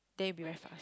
then it'll be very fast